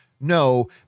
no